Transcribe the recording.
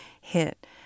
hit